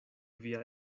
via